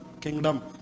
kingdom